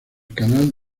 canal